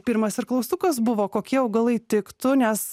pirmas ir klaustukas buvo kokie augalai tiktų nes